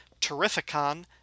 Terrificon